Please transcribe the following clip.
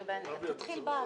נכון.